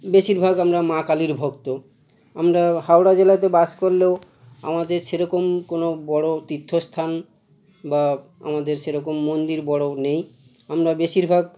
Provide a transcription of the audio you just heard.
বেশিরভাগ আমরা মা কালীর ভক্ত আমরা হাওড়া জেলাতে বাস করলেও আমাদের সেরকম কোনো বড় তীর্থস্থান বা আমাদের সেরকম মন্দির বড় নেই আমরা বেশিরভাগ